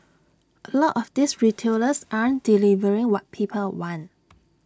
A lot of these retailers aren't delivering what people want